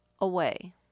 away